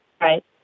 Right